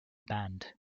band